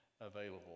available